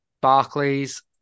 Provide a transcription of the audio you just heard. Barclays